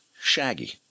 Shaggy